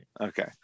Okay